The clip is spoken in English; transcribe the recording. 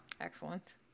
Excellent